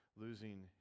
losing